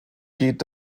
geht